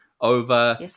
over